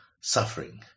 suffering